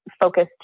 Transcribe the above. focused